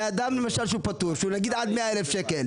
אדם שהוא פטור, למשל, שמרוויח עד 100,000 ₪,